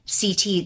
CT